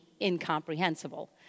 incomprehensible